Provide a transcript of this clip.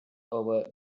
over